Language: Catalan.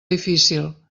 difícil